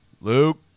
Luke